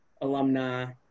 alumni